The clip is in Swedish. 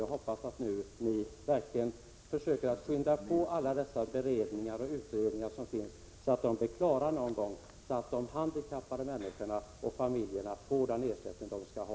Jag hoppas att ni verkligen försöker att skynda på alla dessa beredningar och utredningar, så att de blir klara någon gång och så att de handikappade och deras familjer får den ersättning de skall ha.